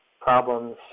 problems